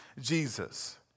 Jesus